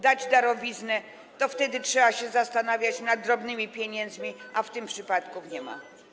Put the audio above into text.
przekazać darowiznę, to wtedy trzeba się zastanawiać nad drobnymi pieniędzmi, a w tym przypadku tego nie ma.